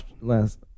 last